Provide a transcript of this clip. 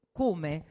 come